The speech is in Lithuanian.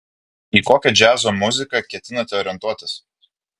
į kokią džiazo muziką ketinate orientuotis